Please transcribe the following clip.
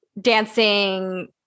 dancing